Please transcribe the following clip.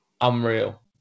unreal